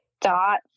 dot